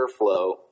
airflow